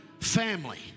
family